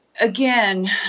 Again